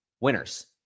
winners